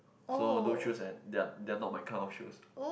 so those shoes and they're they're not my kind of shoes